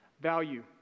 value